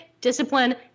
discipline